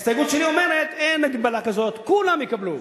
ההסתייגות שלי אומרת: אין הגבלה כזאת, כולם יקבלו,